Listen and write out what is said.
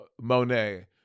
Monet